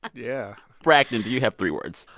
ah yeah brakkton, do you have three words?